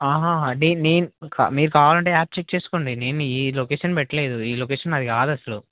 ఆహా అ నే మీరు కావాలంటే యాప్ చెక్ చేసుకోండి నేను ఈ లొకేషన్ పెట్టలేదు ఈ లొకేషన్ నాది కాదు అస్సలు